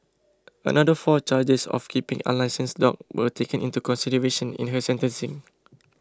another four charges of keeping unlicensed dogs were taken into consideration in her sentencing